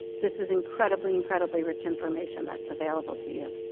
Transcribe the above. this is incredibly, incredibly rich information that's available to you.